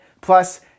Plus